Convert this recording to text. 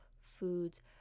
foods